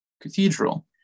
Cathedral